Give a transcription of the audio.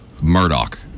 Murdoch